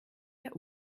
der